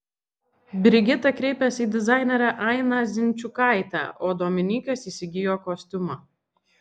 brigita kreipėsi į dizainerę ainą zinčiukaitę o dominykas įsigijo kostiumą